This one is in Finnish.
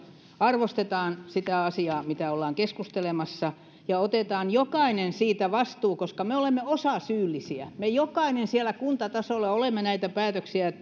arvostetaan sitä asiaa mistä ollaan keskustelemassa ja otetaan jokainen siitä vastuu koska me olemme osasyyllisiä me jokainen siellä kuntatasolla olemme näitä päätöksiä